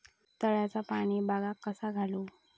तळ्याचा पाणी बागाक कसा घालू?